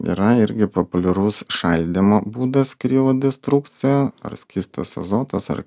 yra irgi populiarus šaldymo būdas kriodestrukcija ar skystas azotas ar